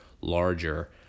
larger